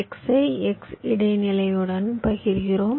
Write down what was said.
x ஐ x இடைநிலையுடனும் பகிர்கிறோம்